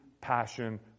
passion